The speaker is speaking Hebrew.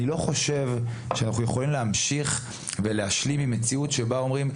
אני לא חושב שאנחנו יכולים להמשיך ולהשלים עם מציאות שבה אומרים,